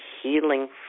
healing